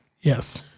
Yes